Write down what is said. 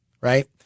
right